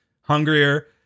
hungrier